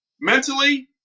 mentally